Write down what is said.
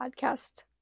podcast